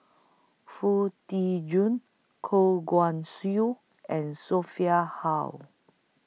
Foo Tee Jun Goh Guan Siew and Sophia Hull